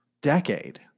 decade